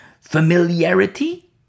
familiarity